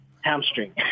hamstring